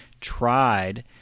tried